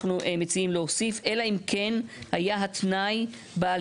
אנחנו מציעים להוסיף "אלא אם כן היה התנאי בעל